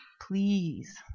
Please